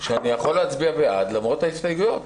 אני יכול להצביע בעד למרות ההסתייגויות?